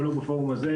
לא בפורום הזה,